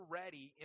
ready